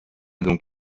donc